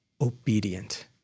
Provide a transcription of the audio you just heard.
obedient